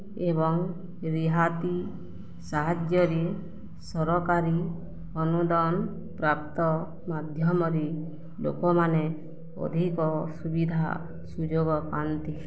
ଏବଂ ରିହାତି ସାହାଯ୍ୟରେ ସରକାରୀ ଅନୁଦାନ ପ୍ରାପ୍ତ ମାଧ୍ୟମରେ ଲୋକମାନେ ଅଧିକ ସୁବିଧା ସୁଯୋଗ ପାଆନ୍ତି